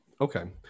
Okay